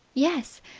yes.